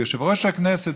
ויושב-ראש הכנסת,